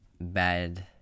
bad